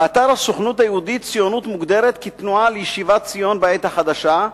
באתר הסוכנות היהודית ציונות מוגדרת כתנועה לשיבת ציון בעת החדשה,